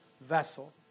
vessel